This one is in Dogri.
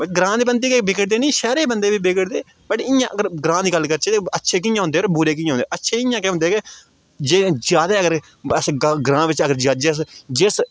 ग्रांऽ दे बन्दे गै बिगड़दे नी शैह्रे बन्दे बी बिगड़दे न वट् इ'यां अगर ग्रांऽ दी गल्ल करचै ते अच्छे कि'यां होंदे होर बुरे कि'यां होंदे अच्छे इ'यां गै होंदे के जे जादा अगर अस ग ग्रांऽ बिच अगर अस जिस